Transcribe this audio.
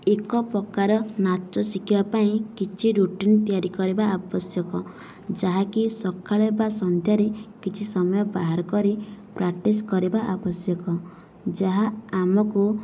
ଏକପ୍ରକାର ନାଚ ଶିଖିବା ପାଇଁ କିଛି ରୁଟିନ୍ ତିଆରି କରିବା ଆବଶ୍ୟକ ଯାହାକି ସକାଳେ ବା ସନ୍ଧ୍ୟାରେ କିଛି ସମୟ ବାହାର କରି ପ୍ରାକ୍ଟିସ କରିବା ଆବଶ୍ୟକ ଯାହା ଆମକୁ